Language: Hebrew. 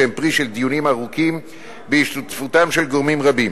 שהם פרי של דיונים ארוכים בהשתתפותם של גורמים רבים.